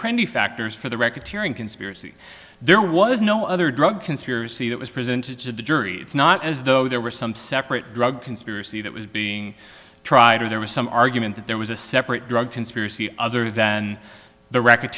apprentice factors for the record tearing conspiracy there was no other drug conspiracy that was presented to the jury it's not as though there were some separate drug conspiracy that was being tried or there was some argument that there was a separate drug conspiracy other than the record